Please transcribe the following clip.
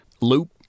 Loop